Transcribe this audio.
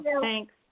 Thanks